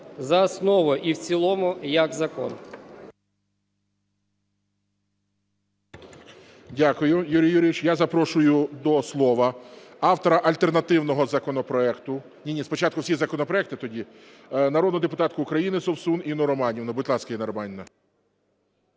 за основу і в цілому як закон.